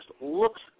looks